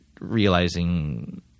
realizing